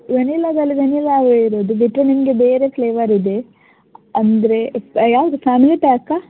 ವೆನಿಲದಲ್ಲಿ ವೆನಿಲವೇ ಇರೋದು ಬಿಟ್ಟರೆ ನಿಮಗೆ ಬೇರೆ ಫ್ಲೇವರ್ ಇದೆ ಅಂದರೆ ಯಾವುದು ಫ್ಯಾಮ್ಲಿ ಪ್ಯಾಕಾ